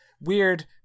weird